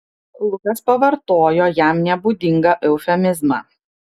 lukas pavartojo jam nebūdingą eufemizmą